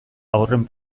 haurren